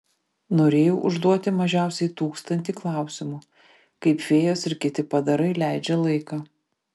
norėjau užduoti mažiausiai tūkstantį klausimų kaip fėjos ir kiti padarai leidžia laiką